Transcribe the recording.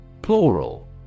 Plural